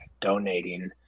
donating